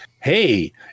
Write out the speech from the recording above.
Hey